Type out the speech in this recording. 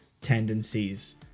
tendencies